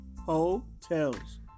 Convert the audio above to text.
Hotels